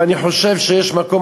אבל אני חושב שיש מקום,